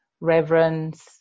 reverence